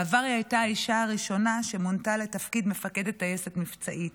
בעבר היא הייתה האישה הראשונה שמונתה לתפקיד מפקדת טייסת מבצעית.